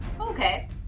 Okay